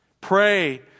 Pray